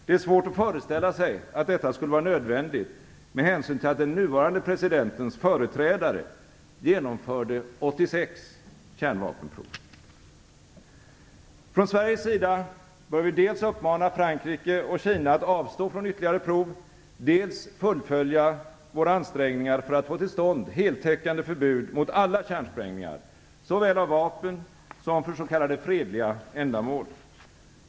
Det är svårt att föreställa sig att detta skulle vara nödvändigt med hänsyn till att den nuvarande presidentens företrädare genomförde 86 kärnvapenprov. Från Sveriges sida bör vi dels uppmana Frankrike och Kina att avstå från ytterligare prov, dels fullfölja våra ansträngningar för att få till stånd heltäckande förbud mot alla kärnsprängningar, såväl av vapen som för s.k. fredliga ändamål.